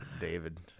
David